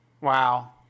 wow